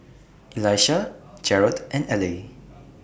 Elisha Jerad and Ellie